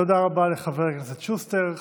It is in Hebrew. תודה רבה לחבר הכנסת שוסטר.